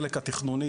החלק התכנוני,